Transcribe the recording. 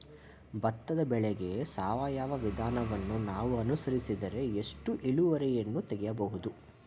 ಭತ್ತದ ಬೆಳೆಗೆ ಸಾವಯವ ವಿಧಾನವನ್ನು ನಾವು ಅನುಸರಿಸಿದರೆ ಎಷ್ಟು ಇಳುವರಿಯನ್ನು ತೆಗೆಯಬಹುದು?